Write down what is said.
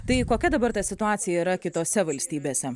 tai kokia dabar ta situacija yra kitose valstybėse